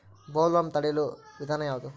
Bollworm ತಡಿಯು ವಿಧಾನ ಯಾವ್ದು?